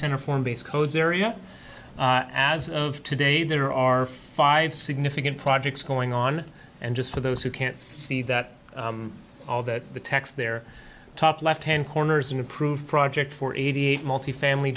center form base codes area as of today there are five significant projects going on and just for those who can't see that all that the text their top left hand corner is an approved project for eighty eight multifamily